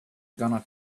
gonna